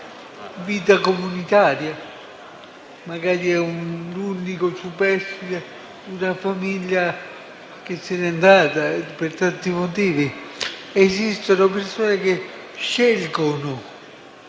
vita comunitaria, magari è un unico superstite di una famiglia che se n'è andata per tanti motivi; esistono persone che scelgono